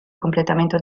completamento